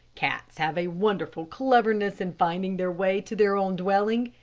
cats have a wonderful cleverness in finding their way to their own dwelling.